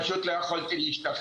השאלה היא כמובן איך ליצור מצב שבנושא